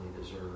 deserve